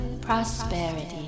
prosperity